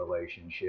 relationship